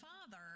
father